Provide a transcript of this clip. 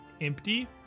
empty